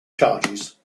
charges